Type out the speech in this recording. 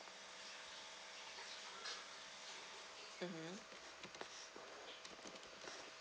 mmhmm